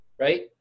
Right